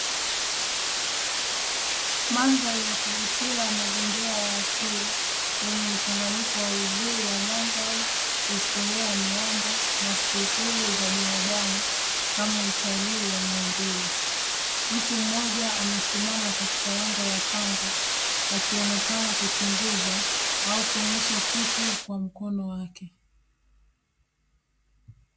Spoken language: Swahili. Mandhari ya kuvutia ya mazingira ya asili yenye mchanganyiko wa uzuri wa mandhari, historia ya miamba na shughuli za binadamu kama utalii wa maumbile, mtu mmoja amesimama katika lango la pango akionekana kuchunguza au kuonyesha kitu kwa mkono wake.